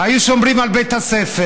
היו שומרים על בית הספר,